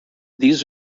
they